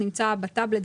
הנוסח נמצא בטאבלט,